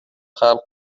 خلق